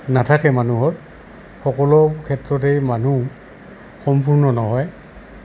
নাথাকে মানুহৰ সকলো ক্ষেত্ৰতেই মানুহ সম্পূৰ্ণ নহয়